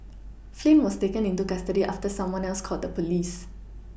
Flynn was taken into custody after someone else called the police